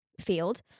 field